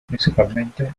principalmente